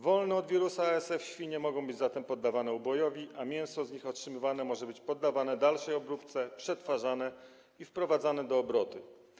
Wolne od wirusa ASF świnie mogą być zatem poddawane ubojowi, a mięso z nich otrzymywane może być poddawane dalszej obróbce, przetwarzane i wprowadzane do obrotu.